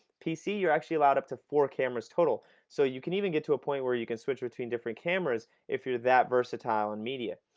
pc you're actually allowed up to four cameras total so you can even get to a point where you can switch between different cameras if you're that versatile in media.